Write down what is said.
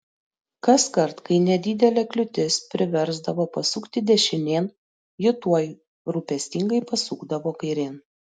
kaskart kai nedidelė kliūtis priversdavo pasukti dešinėn ji tuoj rūpestingai pasukdavo kairėn